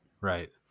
Right